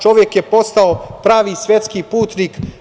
Čovek je postao pravi svetski putnik.